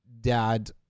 dad